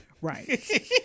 Right